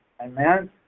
Amen